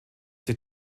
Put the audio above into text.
sich